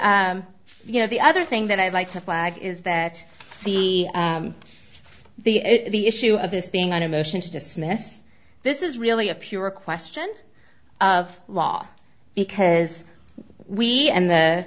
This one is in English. e you know the other thing that i'd like to flag is that the the the issue of this being on a motion to dismiss this is really a pure question of law because we and the